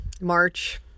March